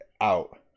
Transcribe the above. out